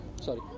sorry